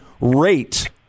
rate